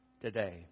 today